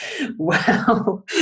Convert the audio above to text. Wow